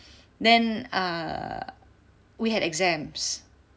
then err we had exams